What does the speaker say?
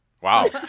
Wow